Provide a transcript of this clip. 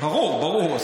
ברור.